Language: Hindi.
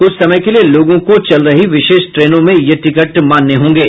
कुछ समय के लिये लोगों को चल रही विशेष ट्रेनों में ये टिकट मान्य होंगे